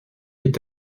est